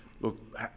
look